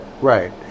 Right